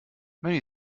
many